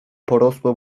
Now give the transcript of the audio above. porosłe